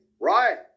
Right